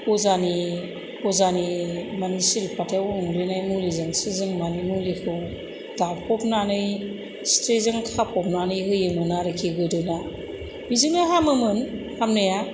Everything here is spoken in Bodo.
अजानि अजानि माने सिल फाथायाव उनग्लिनाय मुलिजोंसो जों मानि मुलिखौ दाफबनानै सिथ्रिजों खाफबनानै होयोमोन आरोखि गोदोना बेजोंनो हामोमोन हामनाया